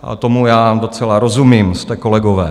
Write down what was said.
A tomu já docela rozumím, jste kolegové.